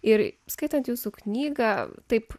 ir skaitant jūsų knygą taip